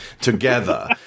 together